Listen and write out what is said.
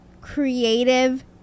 creative